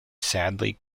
sadly